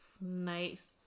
nice